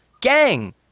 gang